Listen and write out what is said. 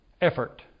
effort